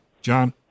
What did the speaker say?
John